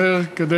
לעבד